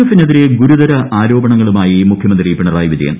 എഫിനെതിരെ ഗുരുതര ൂആർരോപണങ്ങളുമായി മുഖ്യമന്ത്രി പിണറായി വിജയൻ